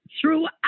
throughout